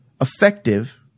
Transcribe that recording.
effective